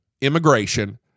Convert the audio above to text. immigration